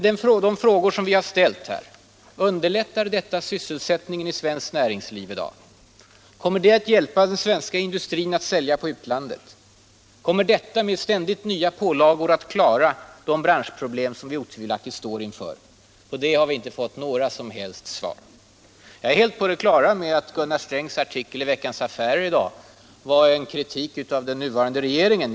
De frågor som i har ställt är: Underlättar detta sysselsättningen i svenskt näringsliv i dag? Kommer det att hjälpa den svenska industrin att sälja på utlandet? Kommer ständigt nya pålagor att klara de branschproblem som vi otvivelaktigt står inför? På det har vi inte fått några som helst svar. Jag är helt på det klara med att Gunnar Strängs artikel i Veckans Affärer i dag var en kritik av den nuvarande regeringen.